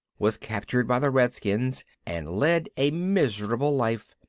was captured by the redskins and led a miserable life,